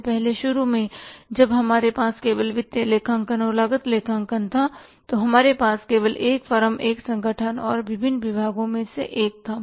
इससे पहले शुरू में जब हमारे पास केवल वित्तीय लेखांकन और लागत लेखांकन था तो हमारे पास केवल एक फर्म एक संगठन और विभिन्न विभागों मे से एक था